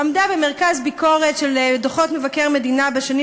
עמדה במרכז ביקורת של דוחות מבקר המדינה בשנים